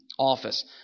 Office